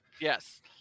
Yes